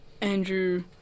Andrew